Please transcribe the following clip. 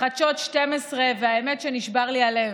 חדשות 12 והאמת שנשבר לי הלב,